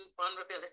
vulnerability